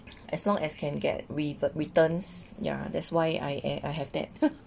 as long as can get re~ the returns ya that's why I I I have that